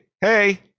hey